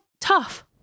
tough